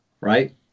right